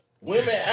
women